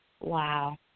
Wow